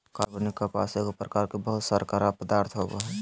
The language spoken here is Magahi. कार्बनिक कपास एगो प्रकार के बहुशर्करा पदार्थ होबो हइ